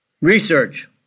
Research